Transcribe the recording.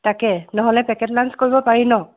তাকে নহ'লে packet lunch কৰিব পাৰি ন'